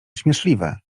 śmieszliwe